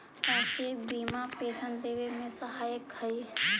राष्ट्रीय बीमा पेंशन देवे में भी सहायक हई